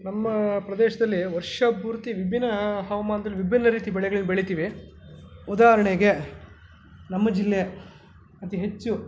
ನಮ್ಮ ಪ್ರದೇಶದಲ್ಲಿ ವರ್ಷ ಪೂರ್ತಿ ವಿಭಿನ್ನ ಹವಮಾನ್ದಲ್ಲಿ ವಿಭಿನ್ನ ರೀತಿಯ ಬೆಳೆಗಳನ್ನ ಬೆಳಿತೀವಿ ಉದಾಹರಣೆಗೆ ನಮ್ಮ ಜಿಲ್ಲೆ ಅತಿ ಹೆಚ್ಚು